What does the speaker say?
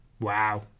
Wow